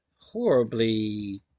horribly